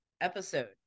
episode